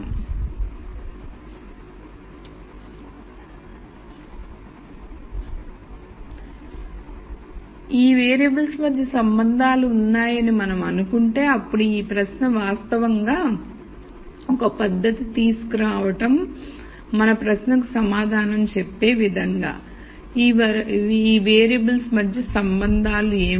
కాబట్టి ఈ వేరియబుల్స్ మధ్య సంబంధాలు ఉన్నాయని మనం అనుకుంటే అప్పుడు ఈ ప్రశ్న వాస్తవంగా ఒక పద్ధతి తీసుకురావడం మన ప్రశ్నకు సమాధానం చెప్పే విధంగా ఈ వేరియబుల్స్ మధ్య సంబంధాలు ఏమిటి